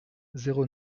zéro